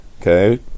Okay